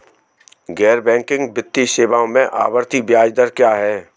गैर बैंकिंग वित्तीय सेवाओं में आवर्ती ब्याज दर क्या है?